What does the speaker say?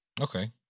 Okay